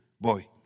Boy